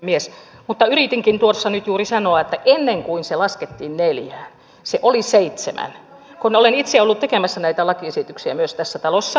mutta yritinkin tuossa nyt juuri sanoa että ennen kuin se laskettiin neljään se oli seitsemän kun olen itse ollut tekemässä näitä lakiesityksiä myös tässä talossa